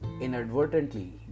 inadvertently